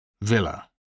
Villa